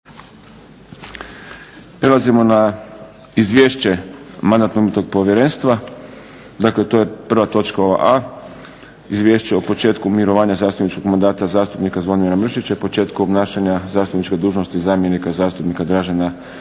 Prelazimo na izvješće Mandatno-imunitetno povjerenstva, dakle to je ova prva točka A izvješće o početku mirovanja zastupničkog mandata zastupnika Zvonimira Mršića i početku obnašanja zastupničke dužnosti zamjenika zastupnika Dražena Pandeka.